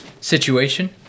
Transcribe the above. situation